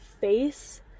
face